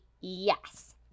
yes